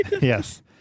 Yes